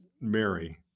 Mary